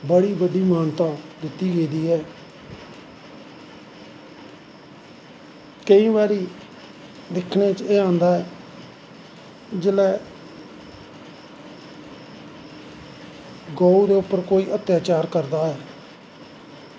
बड़ी बड्डी मानता दित्ती गेदी ऐ केंई बारी दिक्खनें च एह् औंदा ऐ जिसलै गौ दै उप्पर कोई अत्याचार करदा ऐ